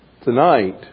Tonight